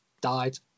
Died